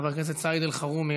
חבר הכנסת סעיד אלחרומי,